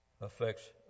affects